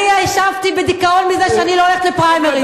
אני ישבתי בדיכאון מזה שאני לא הולכת לפריימריז.